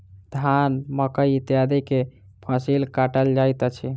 धान, मकई इत्यादि के फसिल काटल जाइत अछि